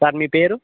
sir మీ పేరు